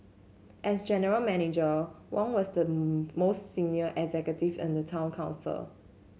as general Manager Wong was the most senior executive in the town council